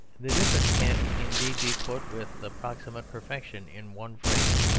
the difference can indeed be put with approximate perfection in one phrase.